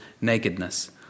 nakedness